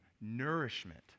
nourishment